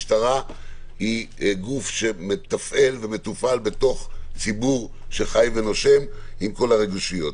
משטרה יהא גוף שמתפעל ומתופעל בתוך ציבור חי ונושם עם כל הרגישויות.